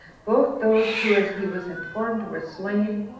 both those who, as he was informed, were slain,